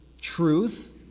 truth